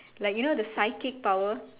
like you know the psychic power